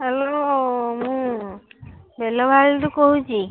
hello ମୁଁ ବେଲବାରୀରୁ କହୁଛି